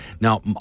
Now